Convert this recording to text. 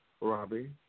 Robbie